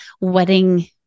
wedding